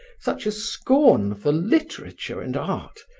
such a scorn for literature and art,